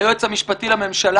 היועץ המשפטי לממשלה,